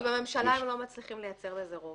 כי בממשלה הם לא מצליחים לייצר לזה רוב.